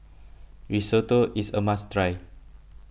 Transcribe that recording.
Risotto is a must try